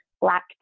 black